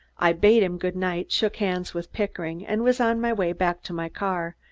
i bade him good night, shook hands with pickering and was on my way back to my car,